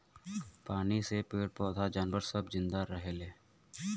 पानी से पेड़ पौधा जानवर सब जिन्दा रहेले